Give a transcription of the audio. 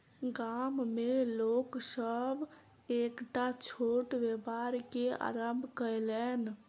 गाम में लोक सभ एकटा छोट व्यापार के आरम्भ कयलैन